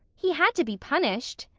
he had to be punished.